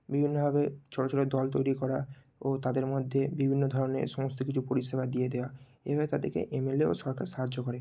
বিভিন্নভাবে ছোটো ছোটো দল তৈরি করা ও তাদের মধ্যে বিভিন্ন ধরনের সমস্ত কিছু পরিষেবা দিয়ে দেওয়া এইভাবে তাদেরকে এমএলএ ও সরকার সাহায্য করে